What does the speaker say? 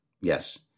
Yes